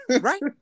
right